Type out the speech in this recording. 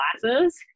glasses